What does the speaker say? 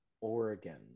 Oregon